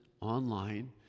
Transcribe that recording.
online